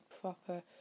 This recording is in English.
proper